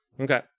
Okay